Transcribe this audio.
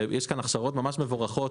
יש כאן הכשרות ממש מבורכות,